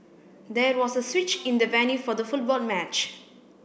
there was a switch in the venue for the football match